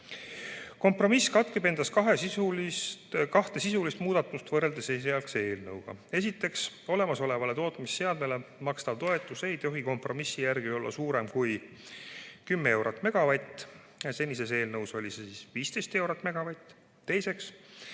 jõutud. Kompromiss kätkeb endas kahte sisulist muudatust võrreldes esialgse eelnõuga. Esiteks, olemasolevale tootmisseadmele makstav toetus ei tohi kompromissi järgi olla suurem kui 10 eurot/MWh. Senises eelnõus oli see 15 eurot/MWh.